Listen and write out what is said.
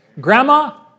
Grandma